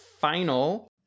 final